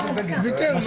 ויתר.